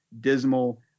dismal